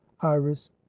iris